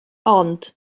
ond